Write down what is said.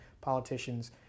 politicians